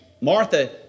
Martha